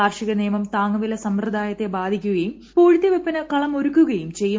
കാർഷിക നിയമം താങ്ങുവില സമ്പ്രദായത്തെ ബാധിക്കുകയും പൂഴ്ത്തിവെപ്പിന് കളമൊരുക്കുകയും ചെയ്യും